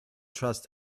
trust